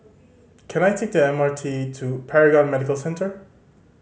can I take the M R T to Paragon Medical Centre